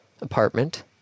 apartment